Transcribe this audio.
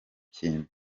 kintu